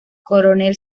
coronel